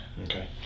Okay